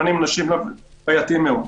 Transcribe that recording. ממנים אנשים בעייתיים מאוד.